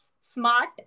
Smart